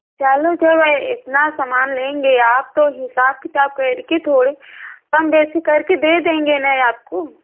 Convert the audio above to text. चलो जब इतना सामान लेंगे आप तो हिसाब किताब बैठकर थोड़ी कम बेसी कर के दे देंगे न आपको